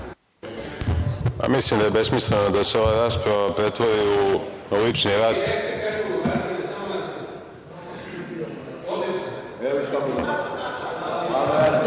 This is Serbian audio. Mislim da je besmisleno da se ova rasprava pretvori u lični rat